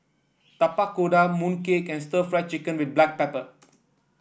Tapak Kuda Mooncake and Stir Fried Chicken with Black Pepper